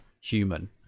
Human